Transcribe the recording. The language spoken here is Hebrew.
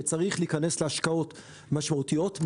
שצריך להיכנס להשקעות משמעותיות,